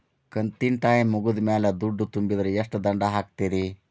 ಕಂತಿನ ಟೈಮ್ ಮುಗಿದ ಮ್ಯಾಲ್ ದುಡ್ಡು ತುಂಬಿದ್ರ, ಎಷ್ಟ ದಂಡ ಹಾಕ್ತೇರಿ?